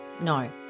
no